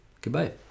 Goodbye